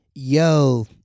yo